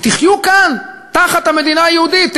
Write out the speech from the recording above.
ותחיו כאן תחת המדינה היהודית,